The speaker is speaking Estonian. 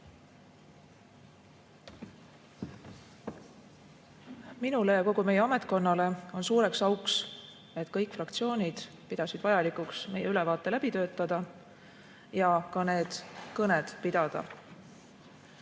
Minule ja kogu meie ametkonnale on suureks auks, et kõik fraktsioonid pidasid vajalikuks meie ülevaade läbi töötada ja ka need kõned pidada.